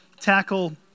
tackle